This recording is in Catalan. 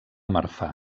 marfà